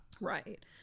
Right